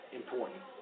important